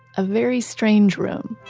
a very strange room